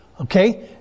Okay